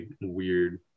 weird